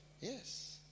Yes